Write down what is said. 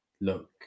look